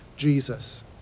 Jesus